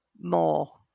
more